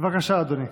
בבקשה, אדוני.